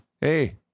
Hey